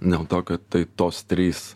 dėl to kad tai tos trys